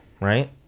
right